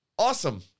Awesome